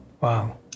Wow